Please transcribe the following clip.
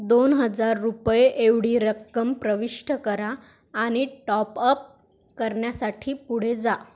दोन हजार रुपये एवढी रक्कम प्रविष्ट करा आणि टॉपअप करण्यासाठी पुढे जा